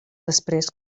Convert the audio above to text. després